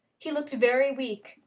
he looked very weak,